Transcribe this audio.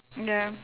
ya